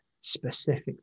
specific